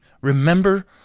Remember